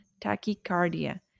tachycardia